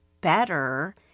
better